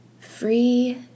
free